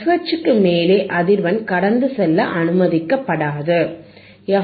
FH க்கு மேலே அதிர்வெண் கடந்து செல்ல அனுமதிக்கப்படாது எஃப்